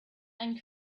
and